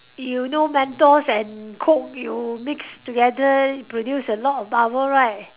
you know mentos and coke you mix together it produce a lot of bubble right